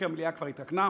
כי המליאה כבר התרוקנה,